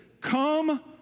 come